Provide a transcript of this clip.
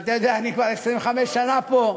אתה יודע, אני כבר 25 שנה פה,